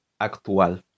actual